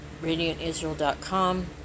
RadiantIsrael.com